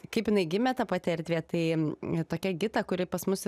kaip jinai gimė ta pati erdvė tai tokia gita kuri pas mus